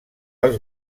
els